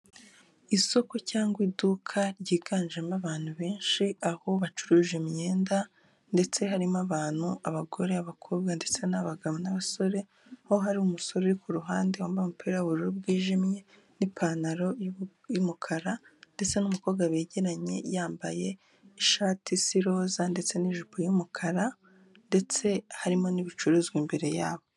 Isoko cyangwa iduka ryiganjemo abantu benshi, aho bacuruje imyenda, ndetse harimo abantu abagore, abakobwa ndetse n'abagabo n'abasore, aho hari umusore uri kuruhande wambaye umupira w'ubururu bwijimye, n'ipantaro y'umukara, ndetse n'umukobwa begeranye yambaye ishati isa iroza, ndetse n'ijipo y'umukara, ndetse harimo n'ibicuruzwa imbere yabo.